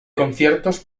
conciertos